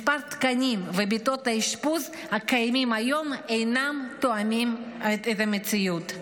מספר התקנים ומיטות האשפוז הקיימים אינם תואמים את המציאות.